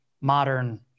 modern